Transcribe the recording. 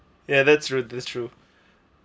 ya that's true that's true